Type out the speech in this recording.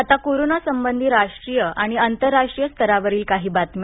आता कोरोनासंबंधी राष्ट्रीय आणि आंतरराष्ट्रीय स्तरावरील काही बातम्या